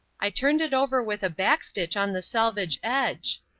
i turned it over with a backstitch on the selvage edge.